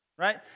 Right